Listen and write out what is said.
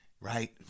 right